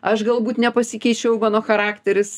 aš galbūt nepasikeičiau mano charakteris